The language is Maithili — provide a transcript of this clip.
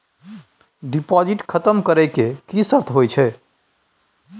डिपॉजिट खतम करे के की सर्त होय छै?